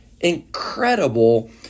incredible